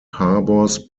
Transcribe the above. harbors